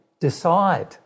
decide